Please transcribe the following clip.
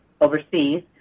overseas